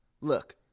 Look